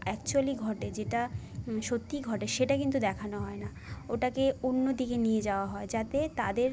actually ঘটে যেটা সত্যিই ঘটে সেটা কিন্তু দেখানো হয় না ওটাকে অন্য দিকে নিয়ে যাওয়া হয় যাতে তাদের